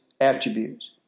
attributes